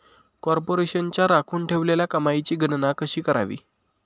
कॉर्पोरेशनच्या राखून ठेवलेल्या कमाईची गणना कशी करावी